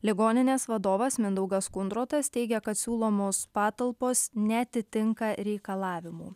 ligoninės vadovas mindaugas kundrotas teigia kad siūlomos patalpos neatitinka reikalavimų